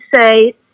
say